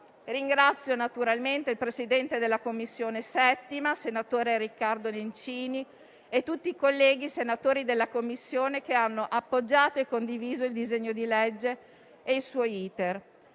Ringrazio il Presidente della 7a Commissione, senatore Riccardo Nencini, e tutti i colleghi senatori della Commissione che hanno appoggiato e condiviso il disegno di legge e il suo *iter*.